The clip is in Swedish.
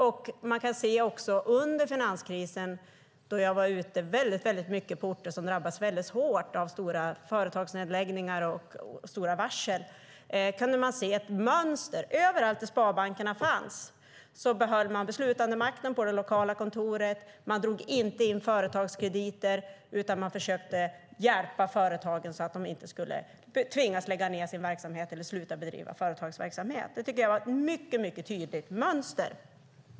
Under finanskrisen var jag mycket ute och besökte orter som drabbades väldigt hårt av stora företagsnedläggningar och stora varsel. Då kunde man se ett mönster. Överallt där sparbankerna fanns behöll man beslutandemakten på det lokala kontoret. Man drog inte in företagskrediter, utan man försökte hjälpa företagen så att de inte skulle tvingas lägga ned sin verksamhet eller sluta bedriva företagsverksamhet. Det tycker jag var ett mycket tydligt mönster.